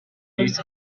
beats